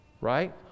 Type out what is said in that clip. right